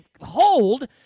hold